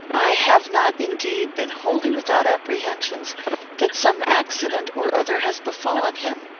i have not, indeed, been wholly without apprehensions that some accident or other has befallen him